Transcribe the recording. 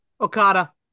Okada